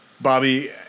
Bobby